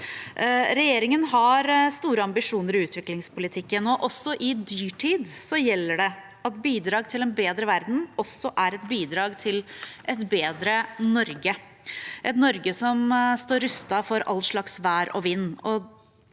Regjeringen har store ambisjoner i utviklingspolitikken, og også i dyrtid gjelder det at bidrag til en bedre verden også er bidrag til et bedre Norge, et Norge som står rustet for all slags vær og vind.